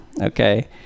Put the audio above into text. Okay